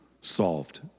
solved